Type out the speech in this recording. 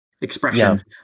expression